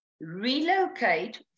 relocate